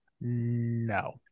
No